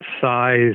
size